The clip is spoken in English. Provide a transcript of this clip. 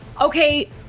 Okay